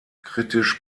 kritisch